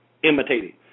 imitating